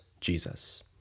Jesus